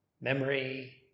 memory